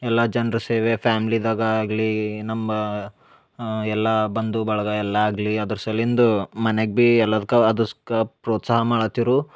ಎಲ್ಲಾ ಜನ್ರ ಸೇವೆ ಫ್ಯಾಮ್ಲಿದಾಗ ಆಗಲಿ ನಮ್ಮ ಎಲ್ಲಾ ಬಂದು ಬಳಗ ಎಲ್ಲ ಆಗಲಿ ಅದ್ರ ಸಲಿಂದು ಮನ್ಯಾಗ ಬಿ ಎಲ್ಲದ್ಕ ಅದಕ್ಕ ಪ್ರೋತ್ಸಾಹ ಮಾಡತಿರು